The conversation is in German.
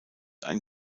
ein